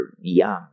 young